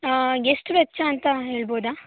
ಎಷ್ಟು ವೆಚ್ಚ ಅಂತ ಹೇಳಬಹುದಾ